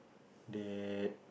that